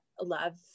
love